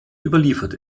überliefert